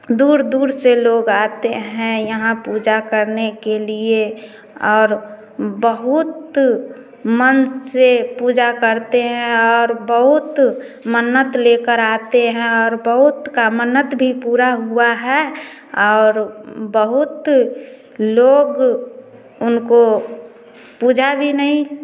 दूर दूर से लोग आते हैं यहाँ पूजा करने के लिए और बहुत मन से पूजा करते हैं और बहुत मन्नत लेकर आते हैं और बहुत का मन्नत भी पूरा हुआ है और बहुत लोग उनको पूजा भी नहीं